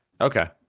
Okay